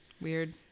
weird